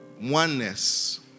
oneness